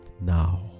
now